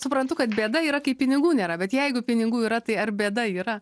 suprantu kad bėda yra kai pinigų nėra bet jeigu pinigų yra tai ar bėda yra